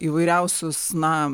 įvairiausius na